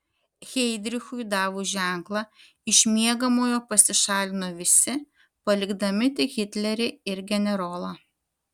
heidrichui davus ženklą iš miegamojo pasišalino visi palikdami tik hitlerį ir generolą